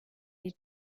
bir